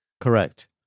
Correct